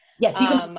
Yes